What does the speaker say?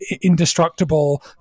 indestructible